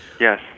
Yes